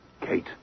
Kate